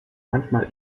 manchmal